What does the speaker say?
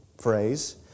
phrase